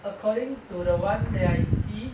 according to the one that I see